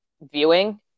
viewing